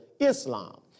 Islam